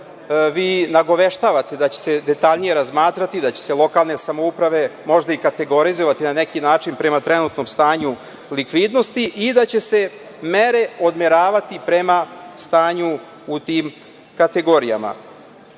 Vi nagoveštavate da će se detaljnije razmatrati, da će se lokalne samouprave možda i kategorizovati na neki način prema trenutnom stanju likvidnosti i da će se mere odmeravati prema stanju u tim kategorijama. Mene